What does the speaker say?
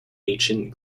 ancient